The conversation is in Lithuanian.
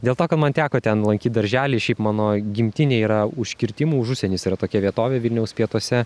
dėl to kad man teko ten lankyt darželį šiaip mano gimtinė yra už kirtimų užusienis yra tokia vietovė vilniaus pietuose